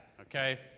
Okay